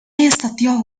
يستطيع